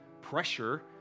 pressure